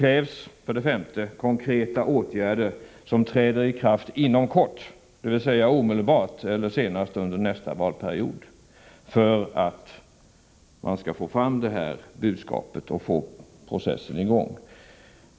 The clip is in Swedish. Det krävs att konkreta åtgärder sätts in inom kort, dvs. omedelbart eller senast under nästa valperiod, för att vi skall få fram detta budskap och få i gång processen.